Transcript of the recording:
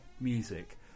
music